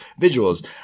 visuals